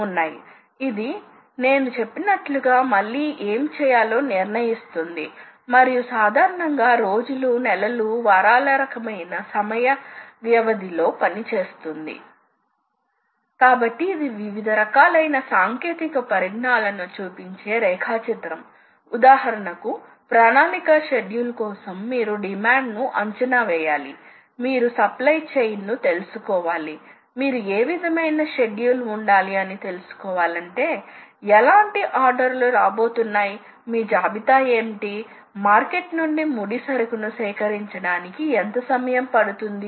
ఒక భాగంలో అనేక ఆపరేషన్లు అవసరమైనప్పుడు సమయాన్ని సెటప్ చేయడానికి కేటాయించ వలసి ఉంటుంది మీకు దానిపై వివిధ రకాల సాధనాలు పని చేయ వలసి ఉంటుంది కాబట్టి మళ్ళీ మీరు సాధనాల ను మార్చడం ద్వారా చాలా సమయాన్ని కోల్పోతారు ఆటోమేటిక్ టూల్ చేంజింగ్ మరియు అనేక రకాల టూల్ మేగజైన్ ల వంటి సాంకేతిక పరిజ్ఞానాల తో ఈ టూల్ చేంజింగ్ సాధారణంగా CNC యంత్రాలలో చాలా సమర్థవంతంగా సాధించబడుతుంది